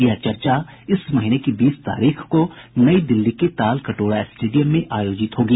यह चर्चा इस महीने की बीस तारीख को नई दिल्ली के तालकटोरा स्टेडियम में आयोजित होगी